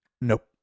Nope